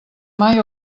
mai